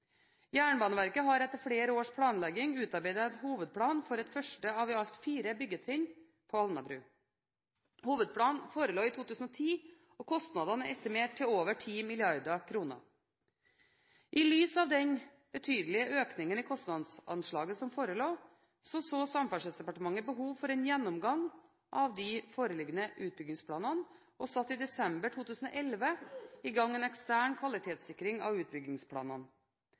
Jernbaneverket har etter flere års planlegging utarbeidet en hovedplan for et første av i alt fire byggetrinn på Alnabru. Hovedplanen forelå i 2010, og kostnadene er estimert til over 10 mrd. kr. I lys av den betydelige økningen i kostnadsanslaget som forelå, så Samferdselsdepartementet behov for en gjennomgang av de foreliggende utbyggingsplanene, og satte i desember 2011 i gang en ekstern kvalitetssikring av utbyggingsplanene.